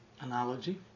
analogy